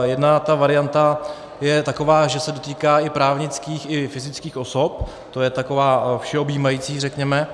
Jedna varianta je taková, že se dotýká i právnických i fyzických osob, to je taková všeobjímající, řekněme.